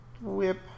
Whip